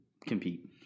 compete